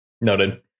Noted